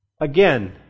Again